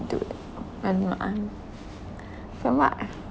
into it when you were un~ from what I